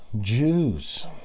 Jews